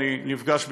אני שוב נפגש,